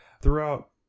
throughout